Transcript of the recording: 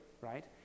right